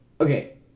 Okay